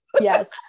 yes